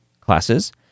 classes